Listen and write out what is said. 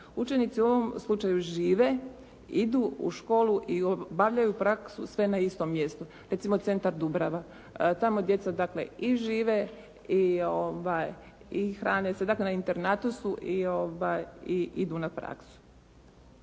Učenici u ovom slučaju žive, idu u školu i obavljaju praksu, sve na istom mjestu. Recimo, Centar Dubrava. Tamo djeca dakle i žive, i hrane se, dakle na internatu su i idu na praksu.